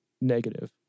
negative